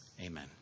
Amen